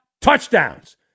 touchdowns